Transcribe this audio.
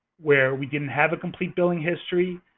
where we didn't have a complete building history